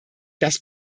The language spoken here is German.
dass